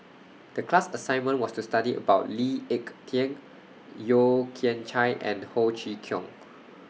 The class assignment was to study about Lee Ek Tieng Yeo Kian Chye and Ho Chee Kong